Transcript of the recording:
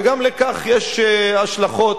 וגם לכך יש השלכות.